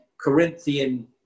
Corinthian